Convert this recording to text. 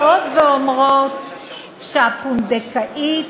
שמעתי כאן בפליאה רבה נשים שבאות ואומרות שהפונדקאית